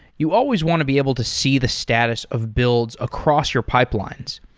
you always want to be able to see the status of builds across your pipelines.